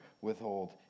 withhold